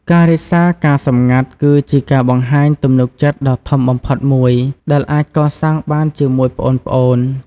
ការរក្សាការសម្ងាត់គឺជាការបង្ហាញទំនុកចិត្តដ៏ធំបំផុតមួយ ដែលអាចកសាងបានជាមួយប្អូនៗ។